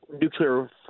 nuclear